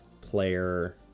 player